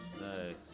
Nice